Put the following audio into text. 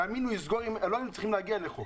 תאמין לי, אם כך היה לא היינו מגיעים להצעת חוק.